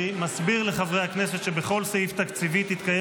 אני מסביר לחברי הכנסת שבכל סעיף תקציבי תתקיים